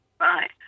right